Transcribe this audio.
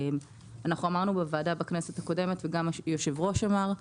אנחנו אמרנו בוועדה בכנסת הקודמת וגם היושב-ראש אמר,